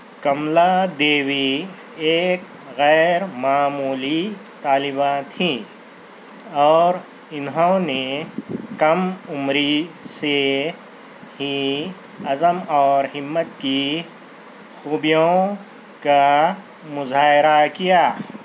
کملا دیوی ایک غیرمعمولی طالبہ تھیں اور انہوں نے کم عمری سے ہی عزم اور ہمت کی خوبیوں کا مظاہرہ کیا